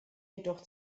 jedoch